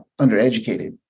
undereducated